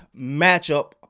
matchup